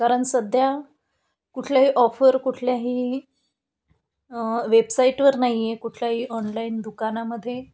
कारण सध्या कुठल्याही ऑफर कुठल्याही वेबसाईटवर नाहीये कुठल्याही ऑनलाईन दुकानामध्ये